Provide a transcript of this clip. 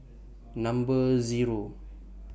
Number Zero